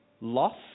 loss